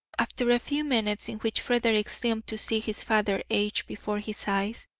after a few minutes in which frederick seemed to see his father age before his eyes,